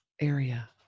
area